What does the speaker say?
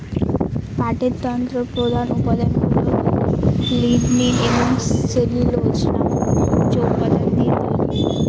পাটের তন্তুর প্রধান উপাদানগুলা লিগনিন এবং সেলুলোজ নামক উদ্ভিজ্জ উপাদান দিয়ে তৈরি